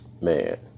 Man